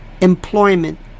employment